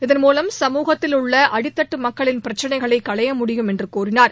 இதன் மூலம் சமுகத்தில் உள்ள அடிதட்டு மக்களின் பிரச்சனைகளை களைய முடியும் என்று கூறினார்